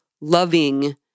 loving